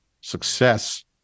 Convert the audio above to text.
success